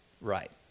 right